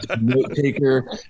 note-taker